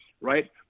right